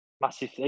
massive